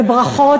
וברכות,